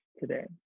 today